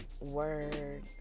word